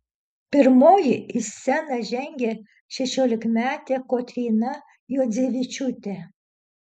pirmoji į sceną žengė šešiolikmetė kotryna juodzevičiūtė